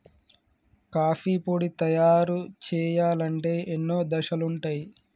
coffee పొడి తయారు చేయాలంటే ఎన్నో దశలుంటయ్